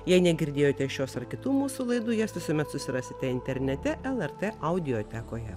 jei negirdėjote šios ar kitų mūsų laidų jas visuomet susirasite internete lrt audiotekoje